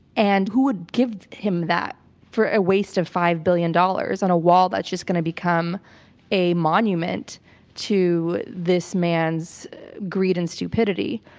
and who would give him that for a waste of five billion dollars on a wall that's just going to become a monument to this man's greed and stupidity?